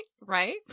right